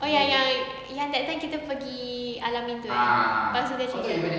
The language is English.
oh yang yang yang that time kita pergi al amin tu eh lepas tu dia cerita eh